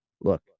look –